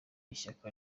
ishyaka